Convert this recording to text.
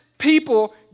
people